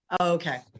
okay